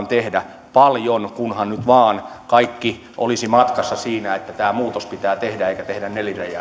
tehdä paljon kunhan nyt vain kaikki olisivat matkassa siinä että tämä muutos pitää tehdä eikä tehdä